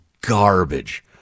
garbage